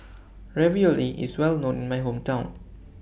Ravioli IS Well known in My Hometown